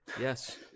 Yes